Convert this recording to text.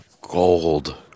gold